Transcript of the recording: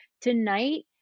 tonight